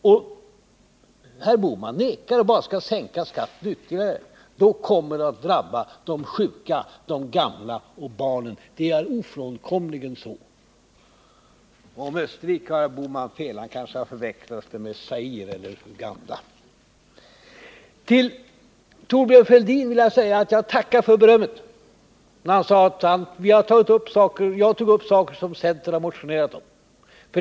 Men herr Bohman nekar och talar i stället om att ytterligare sänka skatterna. Det kommer ofrånkomligen att drabba de sjuka, de gamla och barnen. Beträffande det herr Bohman sade om Österrike har han fel. Han kanske har förväxlat med Zaire eller Uganda. Jag vill tacka Thorbjörn Fälldin för berömmet när han sade att vi har tagit upp saker som centern har motionerat om.